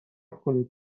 کنید